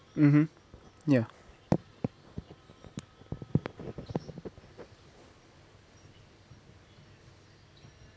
mmhmm ya